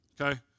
okay